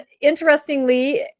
interestingly